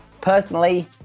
Personally